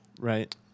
Right